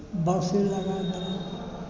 बाँसे लगा देलक